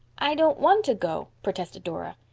i don't want to go, protested dora.